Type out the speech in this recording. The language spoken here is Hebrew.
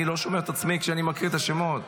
אני לא שומע את עצמי כשאני מקריא את השמות.